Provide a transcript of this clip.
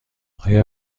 آیا